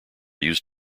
used